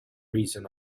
reason